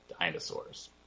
dinosaurs